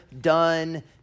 done